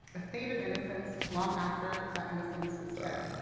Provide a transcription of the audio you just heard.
a state of innocence long after that innocence is dead.